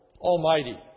Almighty